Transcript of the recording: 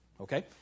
Okay